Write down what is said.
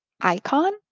icon